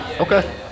Okay